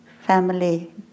family